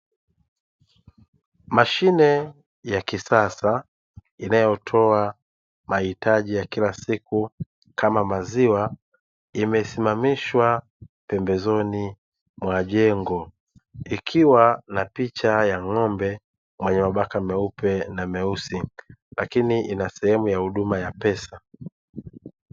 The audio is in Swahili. Mashine ya kisasa inayotoa mahitaji ya kila siku kama maziwa, imesimamishwa pembezoni mwa jengo, likiwa na picha ya ng'ombe mwenye mabaka meupe na meusi lakini ina sehemu ya huduma ya pesa.